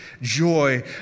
joy